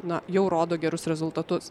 na jau rodo gerus rezultatus